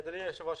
אדוני היושב-ראש,